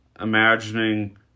imagining